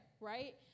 right